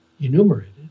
enumerated